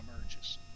emerges